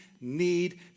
need